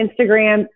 Instagram